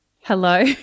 Hello